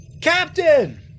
Captain